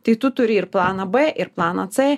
tai tu turi ir planą b ir planą c